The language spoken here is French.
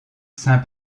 saint